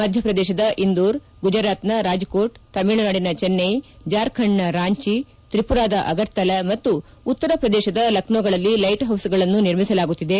ಮಧ್ಯಪ್ರದೇಶದ ಇಂದೋರ್ ಗುಜರಾತ್ನ ರಾಜ್ಕೋಟ್ ತಮಿಳುನಾಡಿನ ಚೆನ್ಟ್ರೆ ಜಾರ್ಖಂಡ್ನ ರಾಂಚಿ ತ್ರಿಪುರಾದ ಅಗರ್ತಲಾ ಮತ್ತು ಉತ್ತರ ಪ್ರದೇಶದ ಲಕ್ಷೋ ಗಳಲ್ಲಿ ಲೈಟ್ ಹೌಸ್ಗಳನ್ನು ನಿರ್ಮಿಸಲಾಗುತ್ತಿದೆ